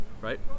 Right